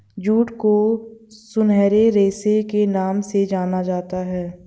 jute को सुनहरे रेशे के नाम से जाना जाता है